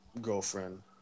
girlfriend